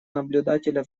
наблюдателя